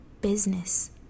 business